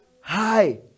hi